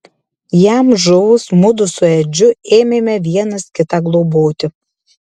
jam žuvus mudu su edžiu ėmėme vienas kitą globoti